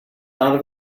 out